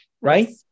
right